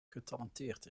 getalenteerd